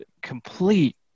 complete